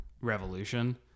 Revolution